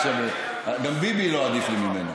גם ביבי לא עדיף לי ממנו.